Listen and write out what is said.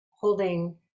holding